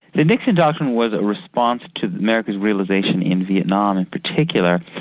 the nixon doctrine was a response to america's realisation in vietnam in particular,